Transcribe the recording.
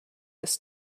ist